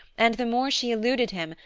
and the more she eluded him,